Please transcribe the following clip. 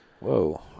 Whoa